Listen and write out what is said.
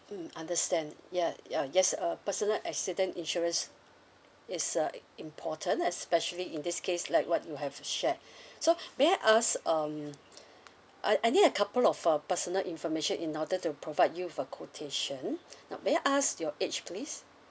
mm understand ya ya yes uh personal accident insurance is uh important especially in this case like what you have share so may I ask um I I need a couple of uh personal information in order to provide you with a quotation now may I ask your age please